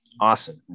awesome